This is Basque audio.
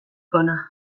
hona